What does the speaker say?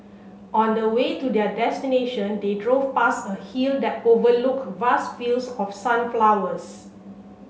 on the way to their destination they drove past a hill that overlooked vast fields of sunflowers